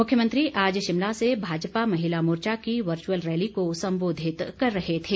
मुख्यमंत्री आज शिमला से भाजपा महिला मोर्चा की वर्चुअल रैली को सम्बोधित कर रहे थे